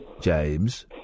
James